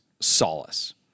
solace